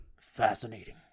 Fascinating